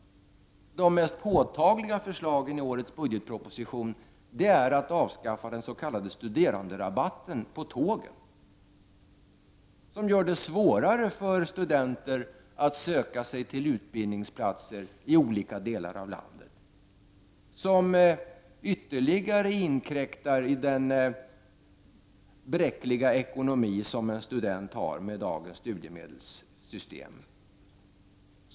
De mest påtagliga exemplen på detta i årets budgetproposition är förslaget att avskaffa den s.k. studeranderabatten på tågen. Detta gör det svårare för studenter att söka sig till utbildningsplatser i olika delar av landet. Detta inkräktar dessutom ytterligare i den bräckliga ekonomi en student har med dagens studiemedelssystem.